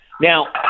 now